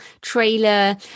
trailer